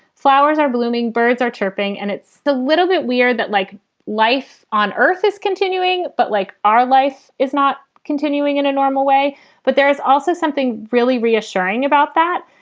flowers are blooming, birds are chirping. and it's a little bit weird that like life on earth is continuing, but like our life is not continuing in a normal way but there is also something really reassuring about that.